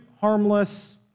harmless